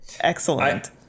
excellent